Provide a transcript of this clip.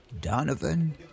Donovan